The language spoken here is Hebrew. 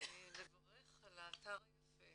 לברך על האתר היפה